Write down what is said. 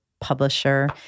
publisher